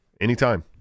anytime